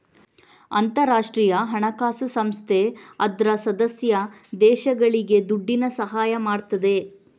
ಅಂತಾರಾಷ್ಟ್ರೀಯ ಹಣಕಾಸು ಸಂಸ್ಥೆ ಅದ್ರ ಸದಸ್ಯ ದೇಶಗಳಿಗೆ ದುಡ್ಡಿನ ಸಹಾಯ ಮಾಡ್ತದೆ